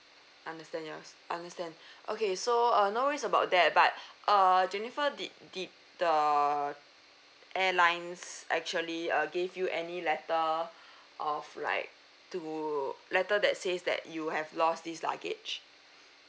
understand your understand okay so uh no worries about that but uh jennifer did did the airlines actually uh give you any letter of like to letter that says that you have lost this luggage